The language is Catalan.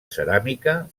ceràmica